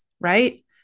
right